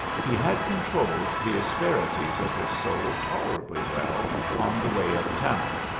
he had controlled the asperities of his soul tolerably well on the way uptown,